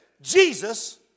Jesus